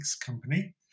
company